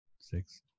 six